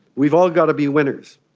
we've all got to be winners.